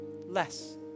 less